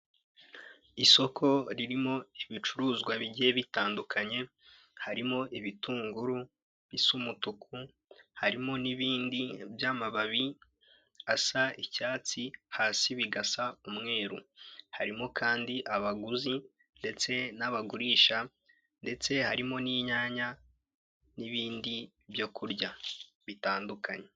Isoko ririmo ibicuruzwa bigiye bitandukanye harimo ibitunguru bisa umutuku harimo n'ibindi by'amababi asa icyatsi hasi bigasa umweru, harimo kandi abaguzi ndetse n'abagurisha ndetse harimo n'inyanya n'ibindi byo kurya bitandukanye.